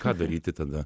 ką daryti tada